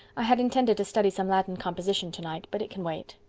i had intended to study some latin composition tonight but it can wait.